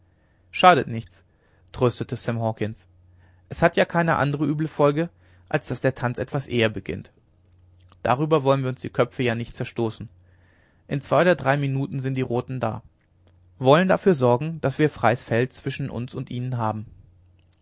schadet nichts tröstete sam hawkens es hat ja keine andere üble folge als daß der tanz etwas eher beginnt darüber wollen wir uns die köpfe ja nicht zerstoßen in zwei oder drei minuten sind die roten da wollen dafür sorgen daß wir freies feld zwischen uns und ihnen haben